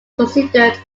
considered